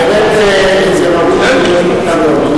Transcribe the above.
בהחלט זה ראוי להיות נדון.